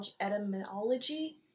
etymology